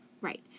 Right